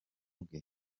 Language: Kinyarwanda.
bwe